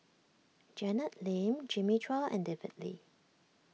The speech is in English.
Janet Lim Jimmy Chua and David Lee